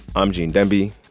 i'm gene demby.